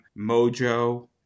Mojo